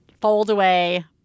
fold-away